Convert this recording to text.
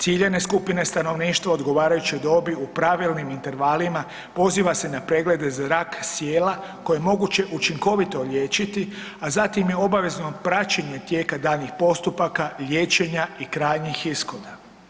Ciljane skupine stanovništva odgovarajuće dobi u pravilnim intervalima poziva se na preglede za rak sijela koje je moguće učinkovito liječiti, a zatim je obavezno praćenje tijeka daljnjih postupaka liječenja i krajnjih ishoda.